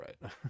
right